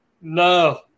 No